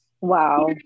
Wow